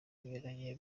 binyuranye